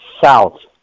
south